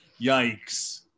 Yikes